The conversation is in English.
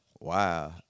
wow